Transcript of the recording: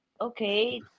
okay